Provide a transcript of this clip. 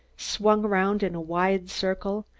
swung around in a wide circle,